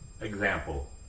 example